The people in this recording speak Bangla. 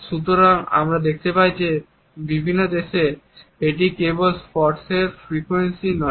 সুতরাং আমরা দেখতে পাই যে বিভিন্ন দেশে এটি কেবল স্পর্শের ফ্রিকোয়েন্সিই নয়